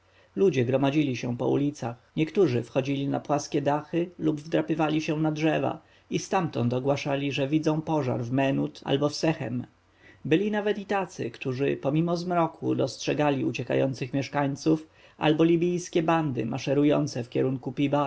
ludzie gromadzili się po ulicach niektórzy wchodzili na płaskie duchy lub wdrapywali się na drzewa i stamtąd ogłaszali że widzą pożar w menuf albo w sechem byli nawet i tacy którzy mimo zmroku dostrzegali uciekających mieszkańców albo libijskie bandy maszerujące w kierunku pi-bast